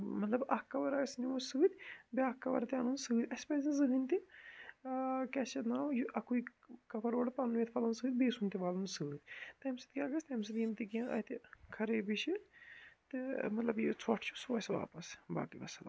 مطلب اَکھ کور أسۍ نِمو سۭتۍ بیٛاکھ کور تہِ اَنُن سۭتۍ اَسہِ پزِ نہٕ زٕہٕنٛے تہِ کیٛاہ چھُ اَتھ ناو یہِ اَکُے کور اورٕ پنُن یَتھ انو سۭتۍ بیٚیہِ سُنٛد تہِ والُن سۭتۍ تَمہِ سۭتۍ کیٛاہ گَژھِ تَمہِ سۭتۍ یِم تہِ کیٚنٛہہ اَتہِ خرٲبی چھِ تہٕ مطلب یہِ ژھۅٹھ چھُ سُہ وَسہِ واپس باقٕے وَسَلام